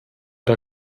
der